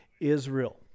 Israel